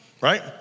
right